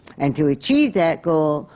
and to achieve that goal,